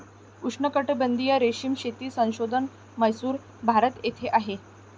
उष्णकटिबंधीय रेशीम शेती संशोधन म्हैसूर, भारत येथे आहे